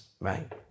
right